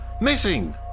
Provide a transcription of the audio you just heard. Missing